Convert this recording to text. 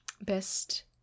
best